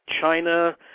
China